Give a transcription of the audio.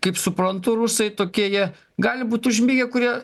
kaip suprantu rusai tokie jie gali būt užmigę kur jie